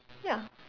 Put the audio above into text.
ya